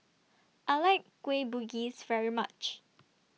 I like Kueh Bugis very much